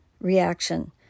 reaction